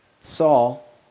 Saul